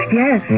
yes